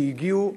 שהגיעו